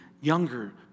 younger